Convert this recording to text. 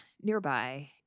nearby